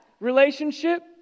relationship